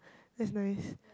is nice